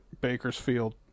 Bakersfield